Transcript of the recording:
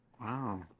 Wow